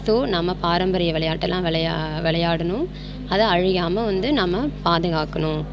so நம்ம பாரம்பரிய விளையாட்டெல்லாம் விளையா விளையாடணும் அதை அழியாமல் வந்து நம்ம பாதுகாக்கணும்